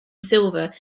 silver